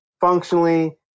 functionally